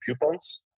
coupons